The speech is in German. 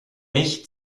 mich